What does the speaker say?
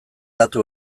datu